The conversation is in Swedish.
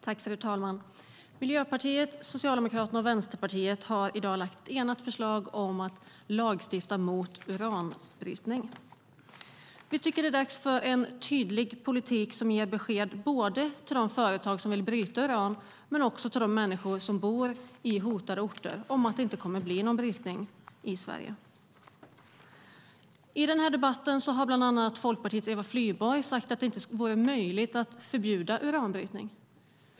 Fru talman! Miljöpartiet, Socialdemokraterna och Vänsterpartiet har i dag lagt fram ett enat förslag om att lagstifta mot uranbrytning. Vi tycker att det är dags för en tydlig politik som ger besked både till de företag som vill bryta uran och till de människor som bor i hotade orter om att det inte kommer att bli någon brytning i Sverige. I debatten har bland andra Folkpartiet Eva Flyborg sagt att det inte skulle vara möjligt att förbjuda uranbrytning.